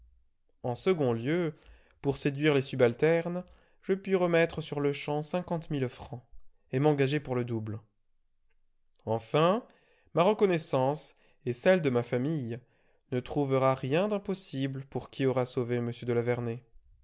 en second lieu pour séduire les subalternes je puis remettre sur-le-champ cinquante mille francs et m'engager pour le double enfin ma reconnaissance et celle de ma famille ne trouvera rien d'impossible pour qui aura sauvé